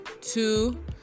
two